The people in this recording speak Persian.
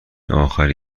آخری